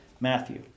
Matthew